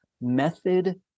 method